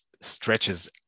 stretches